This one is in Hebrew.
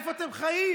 איפה אתם חיים?